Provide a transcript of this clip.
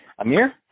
Amir